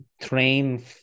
train